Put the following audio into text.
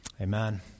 Amen